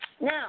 Now